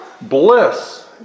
bliss